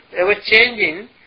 ever-changing